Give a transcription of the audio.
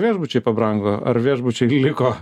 viešbučiai pabrango ar viešbučio liko